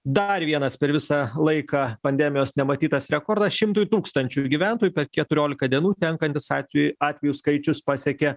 dar vienas per visą laiką pandemijos nematytas rekordas šimtui tūkstančių gyventojų per keturiolika dienų tenkantis atvejų atvejų skaičius pasiekė